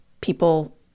people